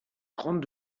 grandes